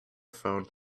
phone